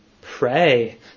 pray